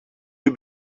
you